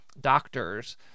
doctors